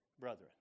brethren